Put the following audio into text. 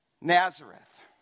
Nazareth